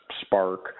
Spark